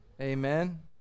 Amen